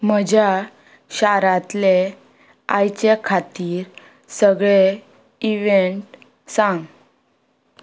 म्हज्या शारांतले आयचे खातीर सगळे इव्हेंट सांग